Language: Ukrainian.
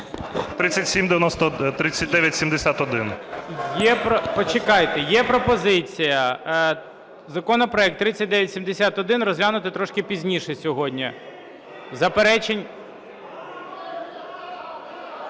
Почекайте, є пропозиція законопроект 3971 розглянути трошки пізніше сьогодні. Заперечень…